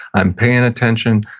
i'm paying attention,